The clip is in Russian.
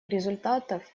результатов